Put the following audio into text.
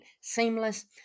seamless